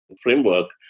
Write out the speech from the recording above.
framework